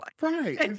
Right